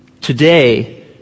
Today